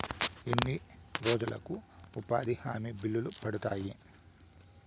ఎన్ని రోజులకు ఉపాధి హామీ బిల్లులు పడతాయి?